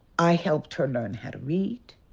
i helped her learn how to read.